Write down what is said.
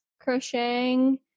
crocheting